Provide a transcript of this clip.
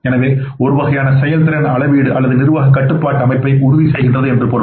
எனவே இது ஒரு வகையான செயல்திறன் அளவீடு அல்லது நிர்வாகக் கட்டுப்பாட்டு அமைப்பை உறுதிசெய்கிறது என்று பொருள்